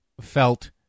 felt